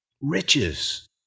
riches